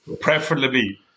Preferably